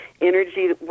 energy